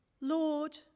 Lord